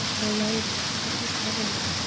the ladies tooke it heavily,